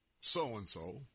so-and-so